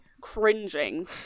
cringing